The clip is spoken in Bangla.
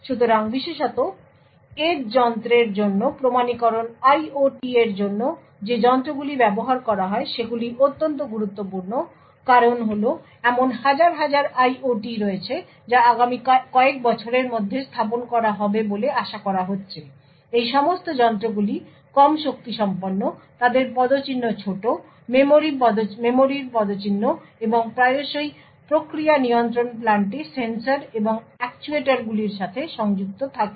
সুতরাং বিশেষত এজ যন্ত্রের জন্য প্রমাণীকরণ IOT এর জন্য যে যন্ত্রগুলি ব্যবহার করা হয় সেগুলি অত্যন্ত গুরুত্বপূর্ণ কারণ হল এমন হাজার হাজার IOT রয়েছে যা আগামী কয়েক বছরের মধ্যে স্থাপন করা হবে বলে আশা করা হচ্ছে এই সমস্ত যন্ত্রগুলি কম শক্তিসম্পন্ন তাদের পদচিহ্ন ছোট মেমরির পদচিহ্ন এবং প্রায়শই প্রক্রিয়া নিয়ন্ত্রণ প্লান্টে সেন্সর এবং অ্যাকচুয়েটরগুলির সাথে সংযুক্ত থাকে